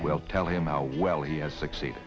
will tell him how well he has succeed